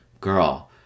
Girl